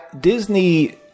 Disney